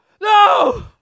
No